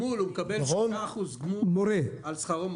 הוא מקבל 7% גמול על שכרו.